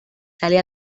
sale